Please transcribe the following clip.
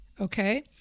okay